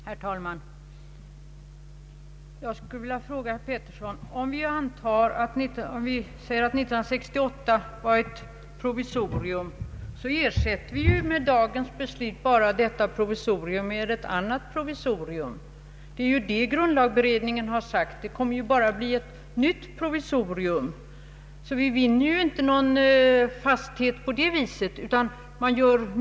Herr talman! Jag vill rikta en fråga till herr Georg Pettersson: Om vi säger att 1968 års beslut innebar ett provisorium, ersätter vi då inte med dagens beslut detta provisorium med ett annat? Grundlagberedningen har ju sagt att det bara är tal om ett nytt provisorium, Vi vinner inte någon fasthet på det sättet.